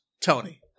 Tony